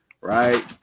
right